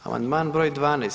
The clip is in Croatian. Amandman broj 12.